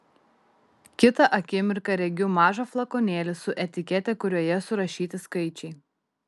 kitą akimirką regiu mažą flakonėlį su etikete kurioje surašyti skaičiai